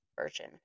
version